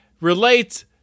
relate